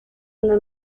una